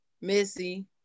Missy